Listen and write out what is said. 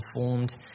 formed